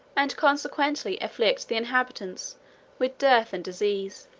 and consequently afflict the inhabitants with dearth and diseases